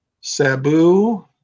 Sabu